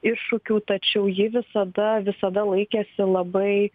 iššūkių tačiau ji visada visada laikėsi labai